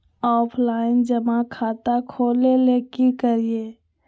Offline जमा खाता खोले ले की करिए?